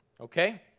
okay